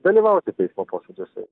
dalyvauti teismo posėdžiuose